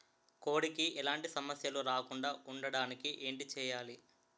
కోడి కి ఎలాంటి సమస్యలు రాకుండ ఉండడానికి ఏంటి చెయాలి?